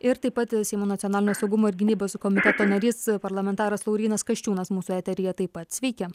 ir taip pat ir seimo nacionalinio saugumo ir gynybos komiteto narys parlamentaras laurynas kasčiūnas mūsų eteryje taip pat sveiki